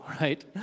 right